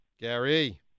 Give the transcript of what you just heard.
Gary